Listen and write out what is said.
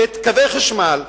קווי חשמל,